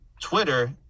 Twitter